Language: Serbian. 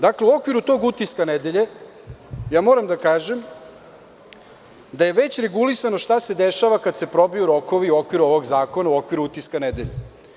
Dakle, u okviru tog utiska nedelje, ja moram da kažem da je već regulisano šta se dešava kada se probiju rokovi u okviru ovog zakona, u okviru utiska nedelje.